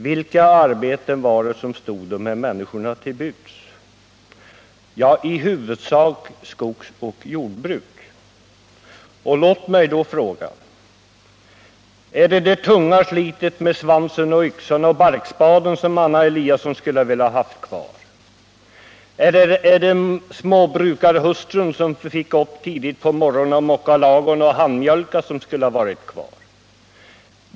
Vilka arbeten var det som stod de här människorna till buds? I huvudsak skogsoch jordbruk. Låt mig då fråga: Ärdet det tunga slitet med svansen, yxan och barkspaden som Anna Eliasson skulle ha velat ha kvar? Är det småbrukarhustrun som fick gå upp tidigt på morgonen och mocka ladugården och handmjölka som skulle ha varit kvar?